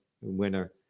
winner